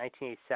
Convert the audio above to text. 1987